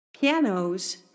Pianos